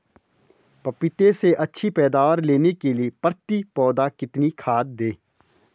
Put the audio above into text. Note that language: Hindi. पपीते से अच्छी पैदावार लेने के लिए प्रति पौधा कितनी खाद दें?